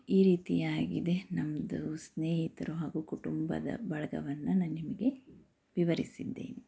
ಈ ರೀತಿಯಾಗಿದೆ ನಮ್ಮದು ಸ್ನೇಹಿತರು ಹಾಗೂ ಕುಟುಂಬದ ಬಳಗವನ್ನು ನಾನು ನಿಮಗೆ ವಿವರಿಸಿದ್ದೇನೆ